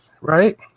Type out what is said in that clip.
right